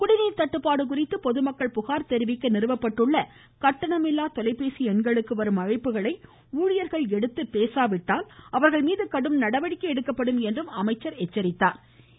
குடிநீர் தட்டுபாடு குறித்து பொதுமக்கள் புகாா் தெரிவிக்க நிறுவபட்டுள்ள கட்டணமில்லா தொலைபேசி எண்களுக்கு வரும் அழைப்புகளை ஊழியர்கள் எடுத்து பேசாவிட்டால் அவர்கள்மீது கடும் நடவடிக்கை எடுக்கப்படும் என்று அமைச்ச் எச்சித்தார்